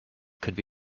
could